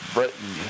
Britain